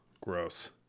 gross